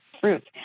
fruits